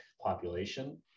population